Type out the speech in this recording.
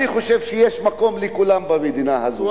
אני חושב שיש מקום לכולם במדינה הזאת.